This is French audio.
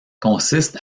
consiste